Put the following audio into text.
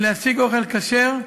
להשיג אוכל כשר,